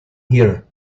here